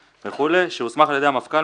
התשל"א-1971, שהוסמך על ידי המפכ"ל".